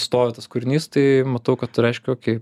stovi tas kūrinys tai matau kad tai reiškia okei